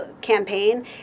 campaign